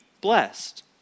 blessed